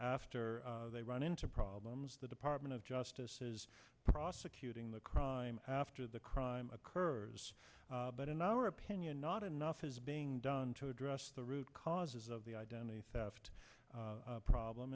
after they run into problems the department of justice is prosecuting the crime after the crime occurs but in our opinion not enough is being done to address the root causes of the identity theft problem